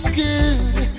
good